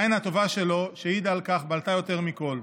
העין הטובה שלו, שהעידה על כך, בלטה יותר מכול.